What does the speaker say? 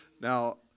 Now